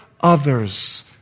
others